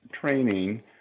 training